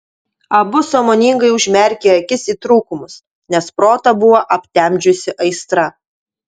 abu sąmoningai užmerkė akis į trūkumus nes protą buvo aptemdžiusi aistra